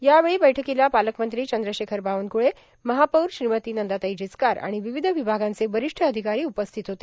यावेळी बैठकोंला पालकमंत्री चंद्रशेखर बावनक्ळे महापौर श्रीमती नंदाताई जिचकार आर्ण र्वावध र्वभागांचे र्वारष्ठ अधिकारी उपस्थित होते